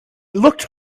looked